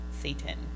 Satan